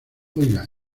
oiga